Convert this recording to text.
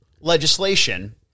legislation